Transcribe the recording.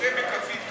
נשתה ב"קפית" קפה.